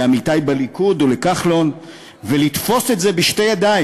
לעמיתי בליכוד או לכחלון לתפוס את זה בשתי ידיים,